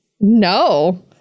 No